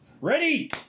Ready